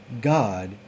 God